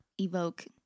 evoke